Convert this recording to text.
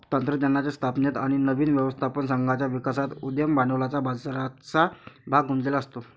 तंत्रज्ञानाच्या स्थापनेत आणि नवीन व्यवस्थापन संघाच्या विकासात उद्यम भांडवलाचा बराचसा भाग गुंतलेला असतो